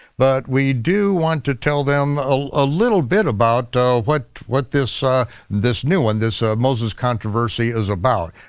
but we do want to tell them a little bit about what what this ah this new one, this ah moses controversy is about.